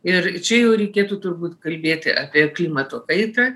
ir čia jau reikėtų turbūt kalbėti apie klimato kaitą